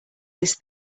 this